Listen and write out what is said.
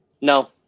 No